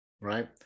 Right